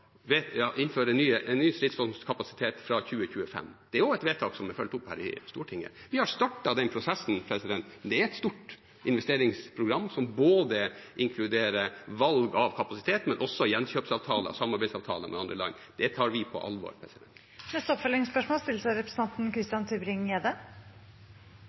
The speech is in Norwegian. innføre en ny stridsvognkapasitet fra 2025. Det er også et vedtak som er fulgt opp her i Stortinget. Vi har startet den prosessen, men det er et stort investeringsprogram, som både inkluderer valg av kapasitet og også gjenkjøpsavtaler og samarbeidsavtaler med andre land. Det tar vi på alvor. Christian Tybring-Gjedde – til oppfølgingsspørsmål.